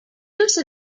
use